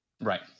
Right